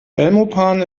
belmopan